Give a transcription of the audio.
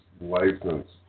license